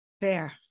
Fair